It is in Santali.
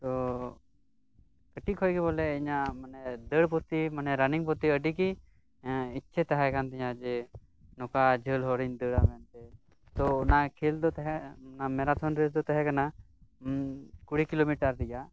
ᱛᱚ ᱠᱟᱹᱴᱤᱡ ᱠᱷᱚᱱᱜᱮ ᱵᱚᱞᱮ ᱤᱧᱟᱹᱜ ᱢᱟᱱᱮ ᱫᱟᱹᱲ ᱯᱚᱛᱤ ᱢᱟᱱᱮ ᱨᱟᱱᱤᱝ ᱯᱨᱚᱛᱤ ᱟᱹᱰᱤᱜᱤ ᱦᱮᱸ ᱤᱪᱷᱟ ᱛᱟᱦᱮᱸ ᱠᱟᱱᱛᱤᱧᱟᱹ ᱡᱮ ᱱᱚᱠᱟ ᱡᱷᱟᱹᱞ ᱦᱚᱨᱤᱧ ᱫᱟᱹᱲᱟ ᱢᱮᱱᱛᱮ ᱛᱚ ᱚᱱᱟ ᱠᱷᱮᱞ ᱫᱚ ᱛᱟᱦᱮᱸ ᱢᱮᱨᱟᱛᱷᱚᱱ ᱨᱮᱥ ᱫᱚ ᱛᱟᱦᱮᱸ ᱠᱟᱱᱟᱠᱩᱲᱤ ᱠᱤᱞᱳᱢᱤᱴᱟᱨ ᱨᱮᱭᱟᱜ